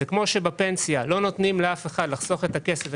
כמו שלא נותנים לאף אחד לחסוך את הכסף של